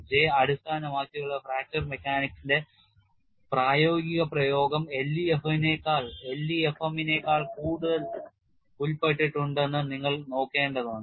J അടിസ്ഥാനമാക്കിയുള്ള fracture മെക്കാനിക്സിന്റെ പ്രായോഗിക പ്രയോഗം LEFM നേക്കാൾ കൂടുതൽ ഉൾപ്പെട്ടിട്ടുണ്ടെന്ന് നിങ്ങൾ നോക്കേണ്ടതുണ്ട്